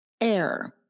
Air